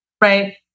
Right